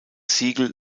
siegel